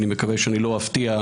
אני מקווה שאני לא אפתיע,